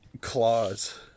claws